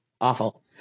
awful